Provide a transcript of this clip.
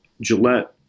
gillette